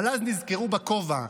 אבל אז נזכרו בכובע,